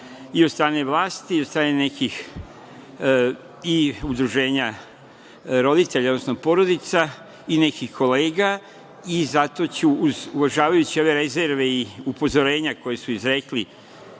i od strane vlasti i od strane nekih i udruženja roditelja, odnosno porodica i nekih kolega i zato ću, uvažavajući ove rezerve i upozorenja koje su izrekli